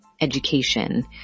education